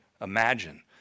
imagine